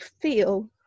feel